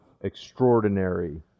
extraordinary